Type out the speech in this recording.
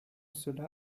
cela